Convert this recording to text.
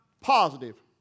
positive